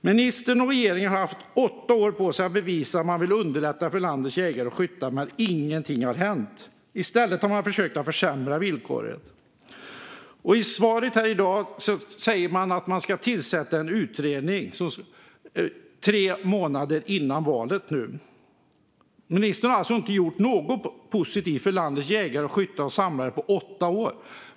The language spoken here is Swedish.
Ministern och regeringen har haft åtta år på sig att bevisa att man vill underlätta för landets jägare och skyttar, men ingenting har hänt. I stället har man försökt försämra villkoren. I svaret här i dag säger man att man ska tillsätta en utredning - tre månader före valet. Ministern har alltså inte gjort något positivt för landets jägare, skyttar och samlare på åtta år.